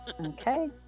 Okay